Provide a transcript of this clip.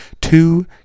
two